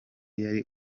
yari